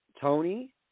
Tony